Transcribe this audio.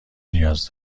نیاز